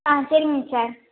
ஆ சரிங்க சார்